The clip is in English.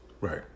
right